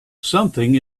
something